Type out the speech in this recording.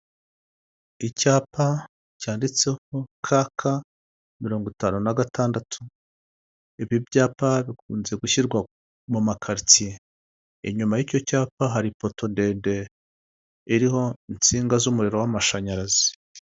Umuhanda w'umukara wa kaburimbo urimo ibyerekezo bibiri bitandukanye ndetse ukaba ufite n'imirongo ugiye ushushanyijemo hari umurongo w'umweru urombereje uri k'uruhande ndetse n'iyindi iri hagati icagaguwe irimo ibara ry'umuhondo ikaba ifite n'amatara amurika mu gihe cy'ijoro ndetse na kamera zishinzwe umutekano wo mu muhanda.